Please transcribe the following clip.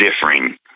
differing